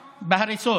בהריסות.